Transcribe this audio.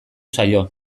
zaio